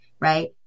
Right